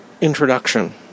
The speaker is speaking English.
introduction